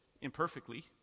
imperfectly